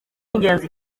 ingenzi